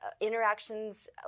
interactions